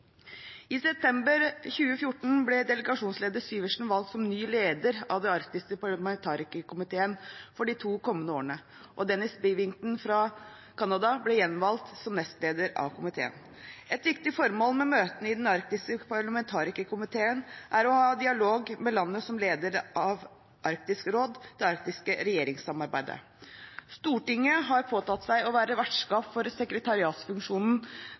I september 2014 ble delegasjonsleder Sivertsen valgt som ny leder av Den arktiske parlamentarikerkomiteen for de to kommende årene, og Dennis Bevington fra Canada ble gjenvalgt som nestleder av komiteen. Et viktig formål med møtene i Den arktiske parlamentarikerkomiteen er å ha dialog med landet som er leder av Arktisk råd – det arktiske regjeringssamarbeidet. Stortinget har påtatt seg å være vertskap for sekretariatsfunksjonen